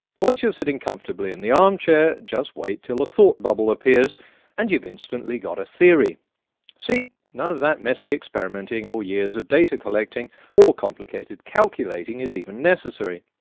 once you're sitting comfortably in the armchair just wait till a thought-bubble appears and you've instantly got a theory see? none of that messy experimenting or years of data collecting or complicated calculating is even necessary.